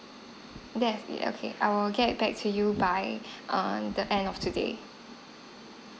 that would be okay I will get back to you by err the end of today